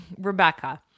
Rebecca